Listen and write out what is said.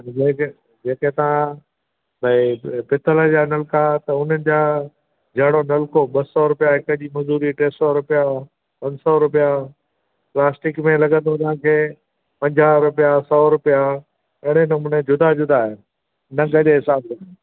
जेके जेके तव्हां भई पितल जा नलका त उन जा जहिड़ो नलको ॿ सौ रुपिया हिक जी मजदूरी टे सौ रुपिया पंज सौ रुपिया प्लास्टिक में लॻंदो तव्हांखे पंजाहु रुपिया सौ रुपिया अहिड़े नमूने जुदा जुदा नंग जे हिसाब सां